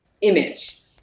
image